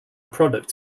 product